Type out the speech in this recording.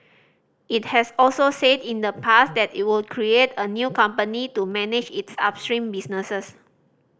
it has also said in the past that it would create a new company to manage its upstream business